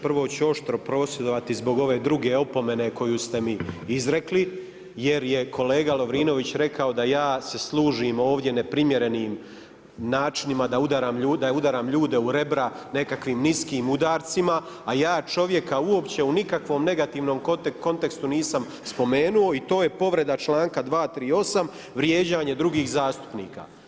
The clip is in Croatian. Prvo ću oštro prosvjedovati zbog ove druge opomene koju ste mi izrekli jer je kolega Lovrinović rekao da ja se služim ovdje neprimjernim načinima, da udaram ljude u rebra nekakvim niskim udarcima, a ja čovjeka uopće u nikakvom negativnom kontekstu nisam spomenuo i to je povreda članka 238. vrijeđanje drugih zastupnika.